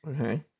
okay